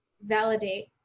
validate